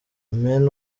amen